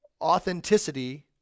authenticity